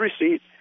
receipt